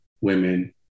women